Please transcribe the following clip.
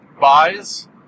buys